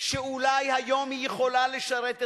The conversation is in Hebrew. שאולי היום היא יכולה לשרת אתכם,